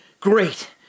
great